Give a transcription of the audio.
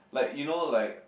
like you know like